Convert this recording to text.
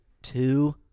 Two